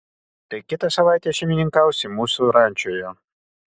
tai kitą savaitę šeimininkausi mūsų rančoje